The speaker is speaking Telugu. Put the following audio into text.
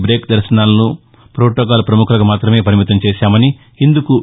బ్రేక్ దర్శనాలను ప్రోటోకాల్ ప్రముఖులకు మాత్రమే పరిమితం చేశామని ఇందుకు వి